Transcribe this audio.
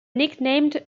nicknamed